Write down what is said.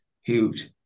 huge